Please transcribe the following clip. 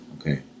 Okay